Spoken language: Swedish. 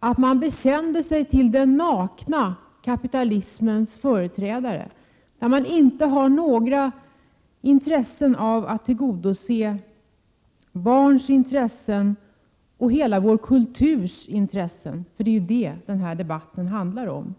att man ansluter sig till den nakna kapitalismens företrädare, som inte har någon önskan att tillgodose barns intressen och hela vår kulturs intressen — för det är ju detta den här debatten handlar om.